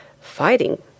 fighting